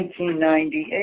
1998